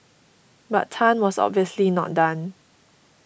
but Tan was obviously not done